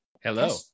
Hello